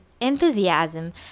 enthusiasm